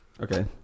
okay